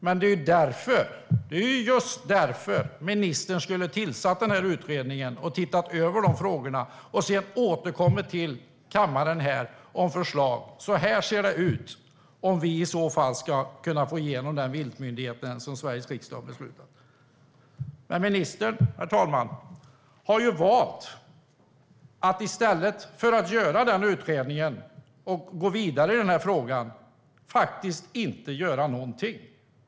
Men det är just därför ministern skulle ha tillsatt den här utredningen, tittat över dessa frågor och sedan återkommit till kammaren med förslag. Det är vad som hade behövts för att kunna få till stånd den viltmyndighet som Sveriges riksdag har beslutat om. Men, herr talman, i stället för att tillsätta utredningen och gå vidare i frågan har ministern valt att inte göra någonting.